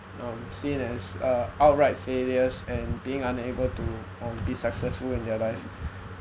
um seen as uh outright failures and being unable to uh be successful in their life